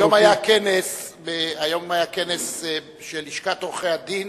היום היה כנס של לשכת עורכי-הדין